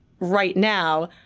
right now,